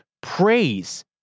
Praise